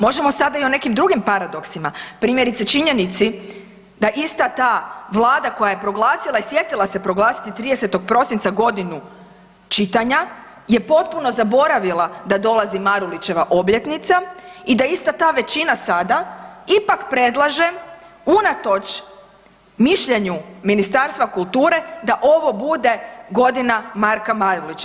Možemo sada i o nekim drugim paradoksima, primjerice činjenici da ista ta Vlada koja je proglasila i sjetila se proglasiti 30. prosinca Godinu čitanja je potpuno zaboravila da dolazi Marulićeva obljetnica i da ista ta većina sada ipak predlaže unatoč mišljenju Ministarstva kulture da ovo bude Godina Marka Marulića.